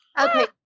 okay